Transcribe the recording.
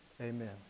amen